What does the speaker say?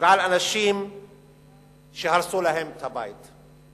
ועל אנשים שהרסו להם את הבית.